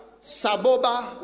Saboba